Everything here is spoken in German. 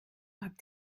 habt